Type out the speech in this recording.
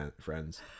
friends